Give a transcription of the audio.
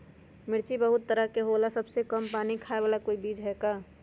मिर्ची बहुत तरह के होला सबसे कम पानी खाए वाला कोई बीज है का?